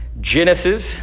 Genesis